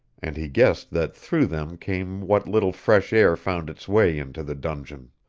and he guessed that through them came what little fresh air found its way into the dungeon.